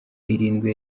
irindwi